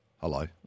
Hello